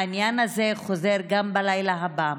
העניין הזה חוזר גם בלילה הבא.